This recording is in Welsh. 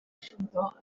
llwyddo